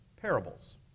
parables